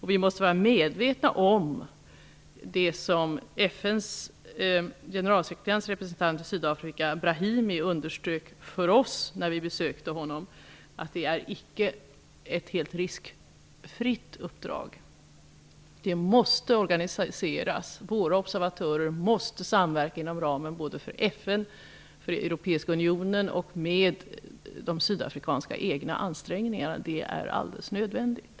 Vi måste vara medvetna om det som FN:s generalsekreterares representant i Sydafrika, Brahimi, underströk för oss när vi besökte honom, nämligen att det icke är ett helt riskfritt uppdrag. Det måste organiseras. Våra observatörer måste samverka såväl inom ramen för FN och Europeiska unionen som med Sydafrikas egna ansträngningar. Det är alldeles nödvändigt.